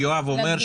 יואב אומר,